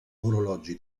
orologi